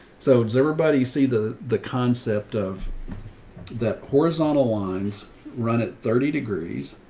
so does everybody see the, the concept of that horizontal lines run it thirty degrees,